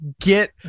get